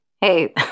hey